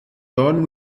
done